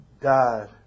died